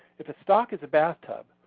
if a stock is a bathtub,